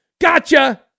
Gotcha